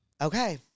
Okay